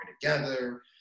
together